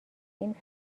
این